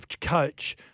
coach